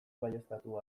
baieztatu